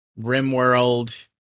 RimWorld